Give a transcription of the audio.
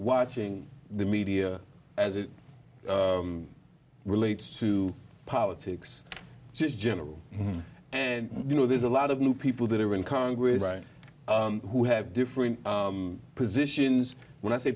watching the media as it relates to politics just general and you know there's a lot of new people that are in congress right who have different positions when i say